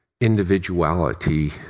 individuality